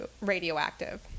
radioactive